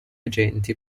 agenti